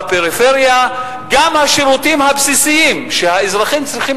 בפריפריה גם השירותים הבסיסיים שהאזרחים צריכים